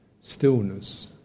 stillness